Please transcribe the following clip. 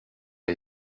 les